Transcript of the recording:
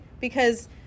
because-